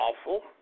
awful